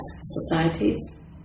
societies